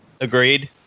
Agreed